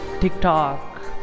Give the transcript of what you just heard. TikTok